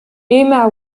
emma